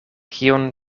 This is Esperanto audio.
kion